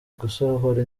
gusohora